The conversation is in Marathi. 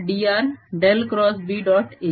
A B0jrjr10B W120drB